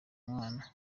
mwana